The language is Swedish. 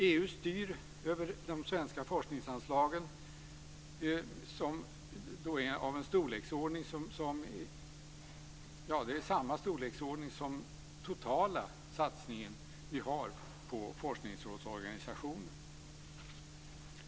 EU styr över svenska forskningsanslag av samma storleksordning som den totala satsning som vi gör på forskningsrådsorganisationen.